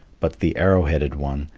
but the arrow-headed one,